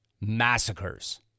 massacres